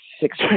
six